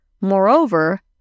Moreover